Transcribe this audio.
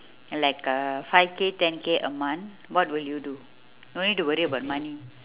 like uh five K ten K a month what will you do no need to worry about money